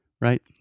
right